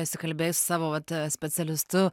esi kalbėjus su savo vat specialistu